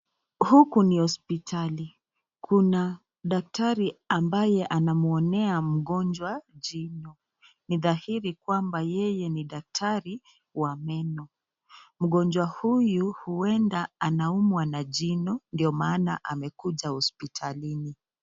Huku ni hospitali. Kuna daktari ambaye anamwonea mgonjwa jino, ni dhairi kwamba yeye ni daktari wa meno. Mgonjwa huyu ueda anaumwa na jino ndio maana amekuja hospitalini.